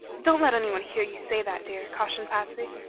don't let anyone hear you say that, dear, cautioned patsy.